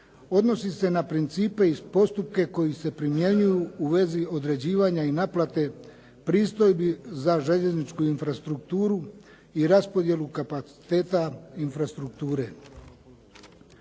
odnosi se na principe i postupke koji se primjenjuju u vezi određivanja i naplate pristojbi za željezničku infrastrukturu i raspodjelu kapacitete infrastrukture.